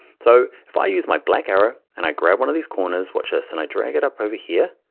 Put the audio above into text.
so if i use my black arrow and i grab one of these corners, watch this, and i drag it up over here.